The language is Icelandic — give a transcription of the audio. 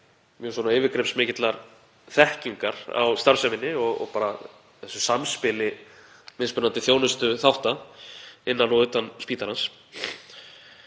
mjög svo yfirgripsmikillar þekkingar á starfsævinni og bara þessu samspili mismunandi þjónustuþátta innan og utan spítalans.